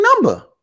number